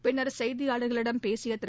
பின்னர் செய்தியாளர்களிடம் பேசிய திரு